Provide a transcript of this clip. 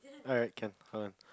alright can hold on